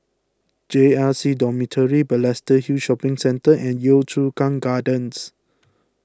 J R C Dormitory Balestier Hill Shopping Centre and Yio Chu Kang Gardens